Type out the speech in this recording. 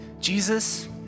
Jesus